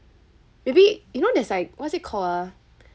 maybe you know there's like what's it called ah